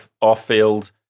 off-field